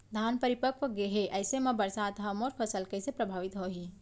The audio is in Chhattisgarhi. धान परिपक्व गेहे ऐसे म बरसात ह मोर फसल कइसे प्रभावित होही?